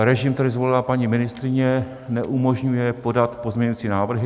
Režim, který zvolila paní ministryně, neumožňuje podat pozměňovací návrhy.